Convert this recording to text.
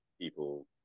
people